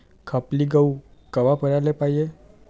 खपली गहू कवा पेराले पायजे?